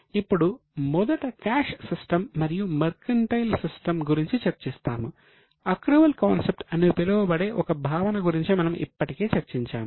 ఇప్పుడు మొదట cash system అని పిలువబడే ఒక భావన గురించి మనము ఇప్పటికే చర్చించాము